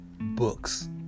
Books